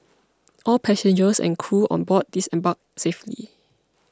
all passengers and crew on board disembarked safely